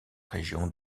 région